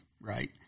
right